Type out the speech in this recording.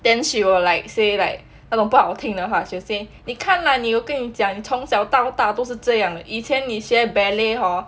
then she will like say like along 不好听的话 she will say 你看啦有跟你讲从小到大都是这样的以前你学 ballet hor